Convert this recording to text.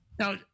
Now